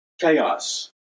chaos